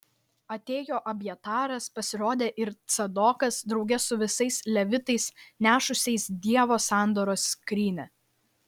atėjo abjataras pasirodė ir cadokas drauge su visais levitais nešusiais dievo sandoros skrynią